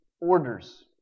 orders